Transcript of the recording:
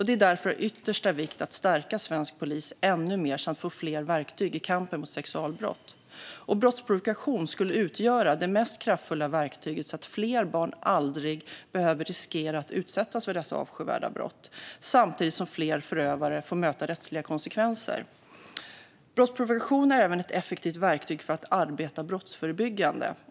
Det är därför av yttersta vikt att stärka svensk polis ännu mer samt att få fler verktyg i kampen mot sexualbrott. Brottsprovokation skulle utgöra det mest kraftfulla verktyget för att fler barn aldrig ska behöva riskera att utsättas för dessa avskyvärda brott och för att fler förövare ska få möta rättsliga konsekvenser. Brottsprovokation är även ett effektivt verktyg för att arbeta brottsförebyggande.